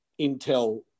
Intel